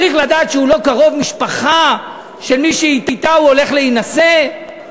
צריך לדעת שהוא לא קרוב משפחה של מי שהוא הולך להינשא לה.